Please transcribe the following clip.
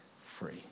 free